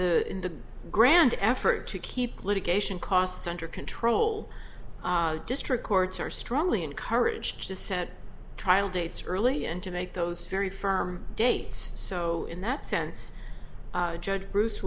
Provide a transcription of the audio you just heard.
that in the grand effort to keep litigation costs under control district courts are strongly encouraged to set trial dates early and to make those very firm date so in that sense judge bruce